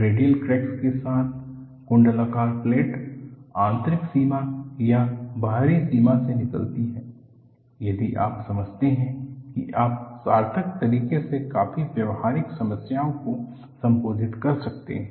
radial cracks के साथ कुंडलाकार प्लेट आंतरिक सीमा या बाहरी सीमा से निकलती है यदि आप समझते हैं कि आप सार्थक तरीके से काफी व्यावहारिक समस्याओं को संबोधित कर सकते हैं